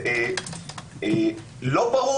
לא ברור,